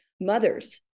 mothers